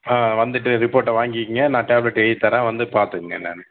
வந்துவிட்டு ரிப்போட்டை வாங்கிக்கீங்க நான் டேப்லெட் எழுதி தரேன் வந்து பார்த்துக்கங்க என்னான்னு